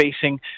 facing